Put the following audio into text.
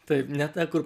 taip ne ta kur